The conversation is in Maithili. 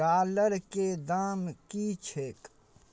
डॉलरके दाम की छैक